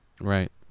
Right